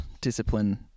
discipline